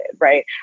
right